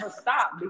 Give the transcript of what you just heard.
stop